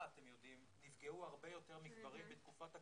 אתם יודעים נפגעו הרבה יותר מגברים בתקופת הקורונה.